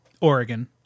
Oregon